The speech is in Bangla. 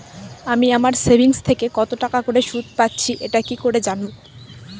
আমি আমার সেভিংস থেকে কতটাকা করে সুদ পাচ্ছি এটা কি করে জানব?